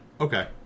Okay